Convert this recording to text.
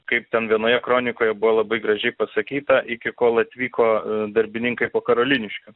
kaip ten vienoje kronikoje buvo labai gražiai pasakyta iki kol atvyko darbininkai po karoliniškių